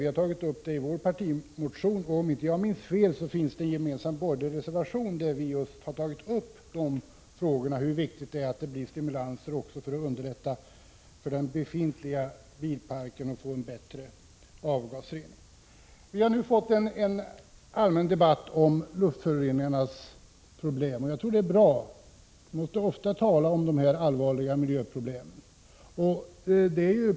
Vi har tagit upp det i en partimotion, och om jag inte minns fel finns det också en gemensam borgerlig reservation där vi tagit upp hur viktigt det är att åstadkomma stimulanser också för att underlätta för den befintliga bilparken att få en bättre avgasrening. Vi har nu fått en allmän debatt om luftföroreningarnas problem. Jag tror att det är bra — vi måste ofta tala om dessa allvarliga miljöproblem.